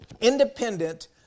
independent